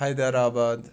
Hyderabad